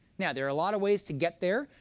now there are a lot of ways to get there,